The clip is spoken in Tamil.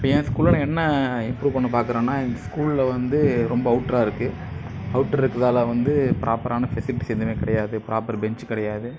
இப்போ என் ஸ்கூல்ல நான் என்ன இம்ப்ரூவ் பண்ண பார்க்குறேன்னா என் ஸ்கூல்ல வந்து ரொம்ப அவுட்டராக இருக்குது அவுட்டர் இருக்கிறதால வந்து ப்ராப்பரான ஃபெசிலிட்டிஸ் எதுவுமே கிடையாது ப்ராப்பர் பென்ச் கிடையாது